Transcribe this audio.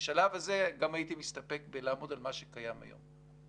בשלב הזה הייתי מתספק גם בלעמוד על מה שקיים היום.